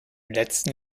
letzten